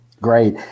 Great